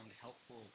helpful